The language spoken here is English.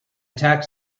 tax